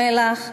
מלח,